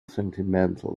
sentimental